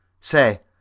say,